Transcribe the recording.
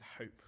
hope